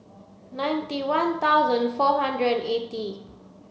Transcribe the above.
ninety one thousand four hundred and eighty